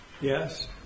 Yes